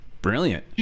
Brilliant